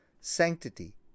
sanctity